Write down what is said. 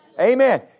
Amen